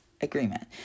agreement